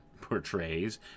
portrays